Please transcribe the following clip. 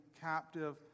captive